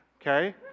okay